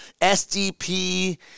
SDP